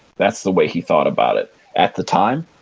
that's the way he thought about it at the time,